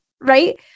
right